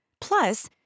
Plus